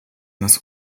nas